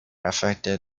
affects